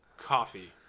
coffee